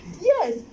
Yes